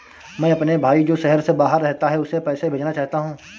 मैं अपने भाई जो शहर से बाहर रहता है, उसे पैसे भेजना चाहता हूँ